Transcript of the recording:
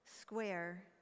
square